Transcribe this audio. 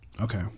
Okay